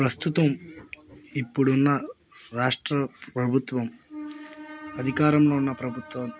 ప్రస్తుతం ఇప్పుడున్న రాష్ట్ర ప్రభుత్వం అధికారంలో ఉన్న ప్రభుత్వం